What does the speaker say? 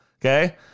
okay